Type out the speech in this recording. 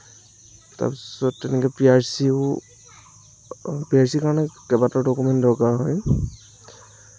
তাৰপিছত তেনেকে P R চিও পি আৰ চিৰ কাৰণে কেইবাটাও ডকুমেণ্ট দৰকাৰ হয়